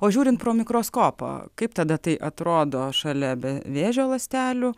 o žiūrint pro mikroskopą kaip tada tai atrodo šalia be vėžio ląstelių